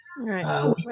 Right